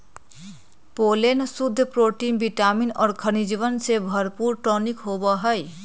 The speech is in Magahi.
पोलेन शुद्ध प्रोटीन विटामिन और खनिजवन से भरपूर टॉनिक होबा हई